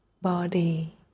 body